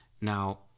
Now